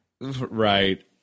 Right